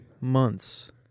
months